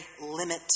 limit